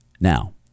Now